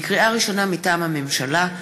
לקריאה ראשונה, מטעם הממשלה,